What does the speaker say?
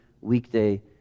Weekday